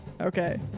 okay